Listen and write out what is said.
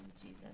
Jesus